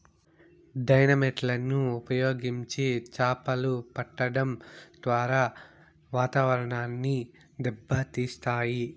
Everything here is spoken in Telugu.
డైనమైట్ లను ఉపయోగించి చాపలు పట్టడం ద్వారా వాతావరణాన్ని దెబ్బ తీస్తాయి